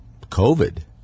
COVID